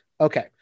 Okay